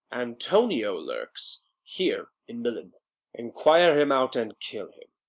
antonio lurks here in milan inquire him out, and kill him.